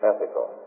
Ethical